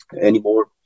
anymore